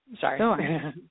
sorry